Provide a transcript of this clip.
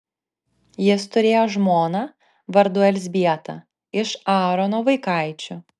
jis turėjo žmoną vardu elzbietą iš aarono vaikaičių